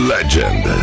Legend